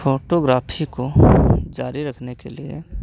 photography को जारी रखने के लिए